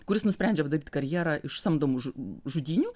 kuris nusprendžia padaryt karjerą iš samdomų žu žudynių